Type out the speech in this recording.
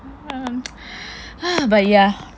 but ya